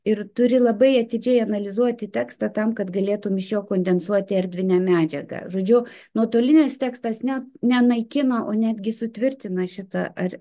ir turi labai atidžiai analizuoti tekstą tam kad galėtum iš jo kondensuoti erdvinę medžiagą žodžiu nuotolinis tekstas ne nenaikina o netgi sutvirtina šitą ar